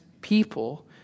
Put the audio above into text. people